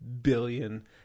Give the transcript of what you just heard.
billion